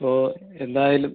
ഓ എന്തായാലും